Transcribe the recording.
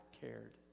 cared